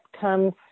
comes